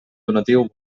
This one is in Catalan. donatiu